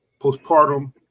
postpartum